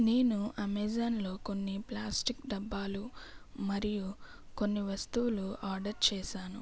నేను అమెజాన్లో కొన్ని ప్లాస్టిక్ డబ్బాలు మరియు కొన్ని వస్తువులు ఆర్డర్ చేసాను